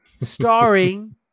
starring